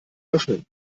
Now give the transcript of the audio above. öffnen